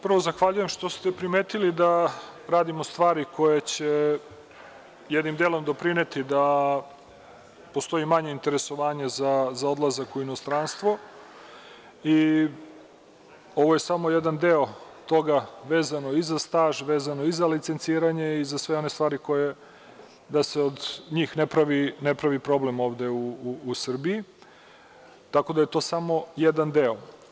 Prvo, zahvaljujem što ste primetili da radimo stvari koje će jednim delom doprineti da postoji manje interesovanja za odlazak u inostranstvo i ovo je samo jedan deo toga, vezano i za staž, vezano i za licenciranje i za sve one stvari, da se od njih ne pravi problem ovde u Srbiji, tako da je to samo jedan deo.